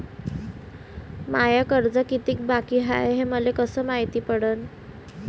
माय कर्ज कितीक बाकी हाय, हे मले कस मायती पडन?